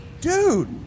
Dude